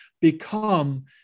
become